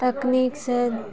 तकनीक से